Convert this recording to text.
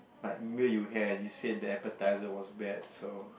like meal you had and you said the appetizer was bad so